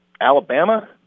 Alabama